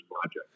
project